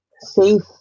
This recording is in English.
safe